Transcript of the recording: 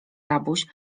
rabuś